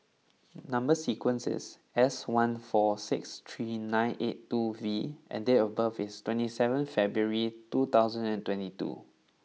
number sequence is S one four six three nine eight two V and date of birth is twenty seven February two thousand and twenty two